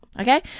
okay